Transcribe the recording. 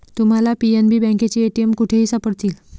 तुम्हाला पी.एन.बी बँकेचे ए.टी.एम कुठेही सापडतील